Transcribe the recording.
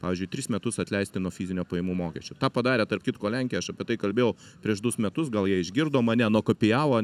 pavyzdžiui tris metus atleisti nuo fizinio pajamų mokesčio tą padarė tarp kitko lenkija aš apie tai kalbėjau prieš du metus gal jie išgirdo mane nukopijavo